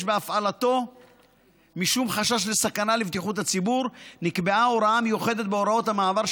בהפעלתו משום חשש לסכנה לבטיחות הציבור נקבעה הוראה מיוחדת בהוראות המעבר,